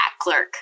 clerk